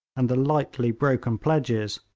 and the lightly broken pledges,